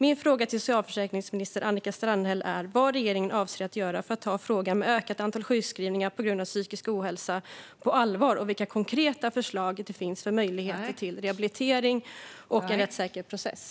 Min fråga till socialförsäkringsminister Annika Strandhäll är vad regeringen avser att göra för att ta frågan om ökat antal sjukskrivningar på grund av psykisk ohälsa på allvar och vilka konkreta förslag det finns vad gäller möjligheter till rehabilitering och en rättssäker process.